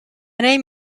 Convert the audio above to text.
name